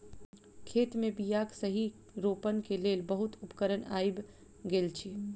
खेत मे बीयाक सही रोपण के लेल बहुत उपकरण आइब गेल अछि